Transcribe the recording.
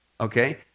okay